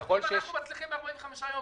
אם אנחנו מצליחים ב-45 יום,